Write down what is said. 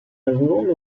ruolo